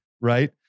right